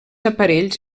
aparells